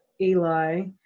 Eli